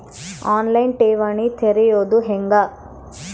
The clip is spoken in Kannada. ಆನ್ ಲೈನ್ ಠೇವಣಿ ತೆರೆಯೋದು ಹೆಂಗ?